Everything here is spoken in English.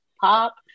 pop